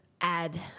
add